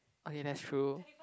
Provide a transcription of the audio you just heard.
okay that's true